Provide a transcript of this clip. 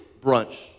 brunch